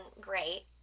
great